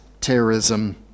terrorism